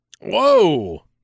Whoa